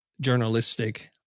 journalistic